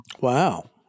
Wow